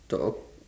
top